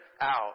out